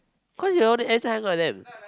cause you know everytime I hang out with them